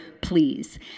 please